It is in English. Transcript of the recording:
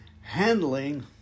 handling